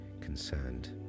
concerned